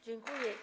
Dziękuję.